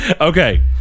Okay